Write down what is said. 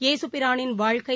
ஏசுபிரானின் வாழ்க்கை